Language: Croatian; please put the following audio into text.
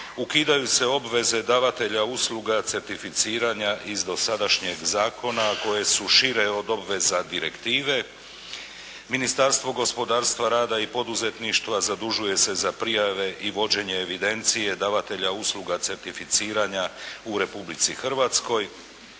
ukidaju se obveze davatelja usluga certificiranja iz dosadašnjeg zakona koje su šire od obveza direktive. Ministarstvo gospodarstva, rada i poduzetništva zadužuje se za prijave i vođenje evidencije davatelja usluga certificiranja u Republici Hrvatskoj.